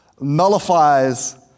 nullifies